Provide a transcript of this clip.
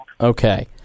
Okay